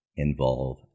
involve